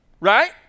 right